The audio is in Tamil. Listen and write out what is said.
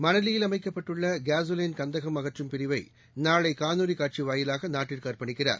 மணலியில் அமைக்கப்பட்டுள்ள கேஸோலைன் கந்தகம் அகற்றும் பிரிவை நாளை காணொலி காட்சி வாயிலாக நாட்டுக்கு அர்ப்பணிக்கிறார்